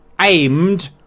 aimed